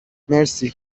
مرسی